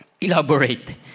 elaborate